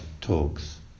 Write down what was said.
talks